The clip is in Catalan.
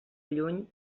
lluny